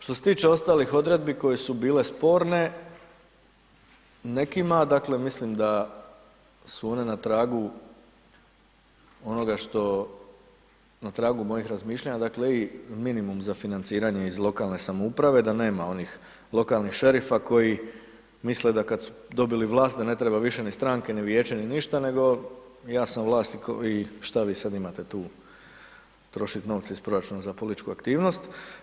Što se tiče ostalih odredbi koje su bile sporne, nekima, dakle, mislim da su one na tragu onoga što, na tragu mojih razmišljanja, dakle, i minimum za financiranje iz lokalne samouprave, da nema onih lokalnih šerifa koji misle da kad su dobili vlast da ne treba više ni stranke, ni vijeće, ni ništa, nego ja sam vlasnik i šta vi sad imate tu trošit novce iz proračuna za političku aktivnost.